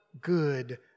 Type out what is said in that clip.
good